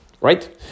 Right